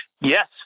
yes